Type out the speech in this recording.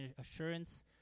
assurance